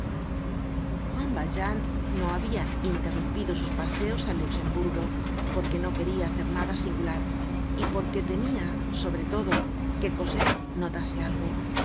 juan valjean no lmbia interrumpido sus paseos al luxemburgo porque no queria hacer nada singular y porque temia sobre todo que cosette notase algo